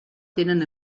tenen